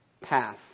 path